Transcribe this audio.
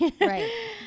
Right